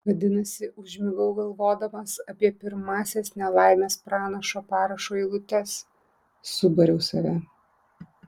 vadinasi užmigau galvodamas apie pirmąsias nelaimės pranašo parašo eilutes subariau save